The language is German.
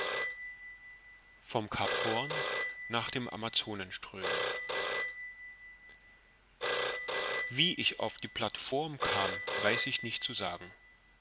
vom cap horn nach dem amazonenström wie ich auf die plateform kam weiß ich nicht zu sagen